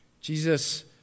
Jesus